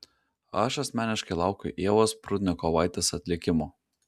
aš asmeniškai laukiu ievos prudnikovaitės atlikimo